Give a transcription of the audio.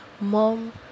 Mom